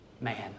man